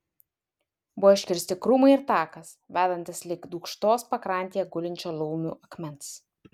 buvo iškirsti krūmai ir takas vedantis link dūkštos pakrantėje gulinčio laumių akmens